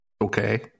Okay